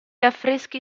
affreschi